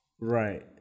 Right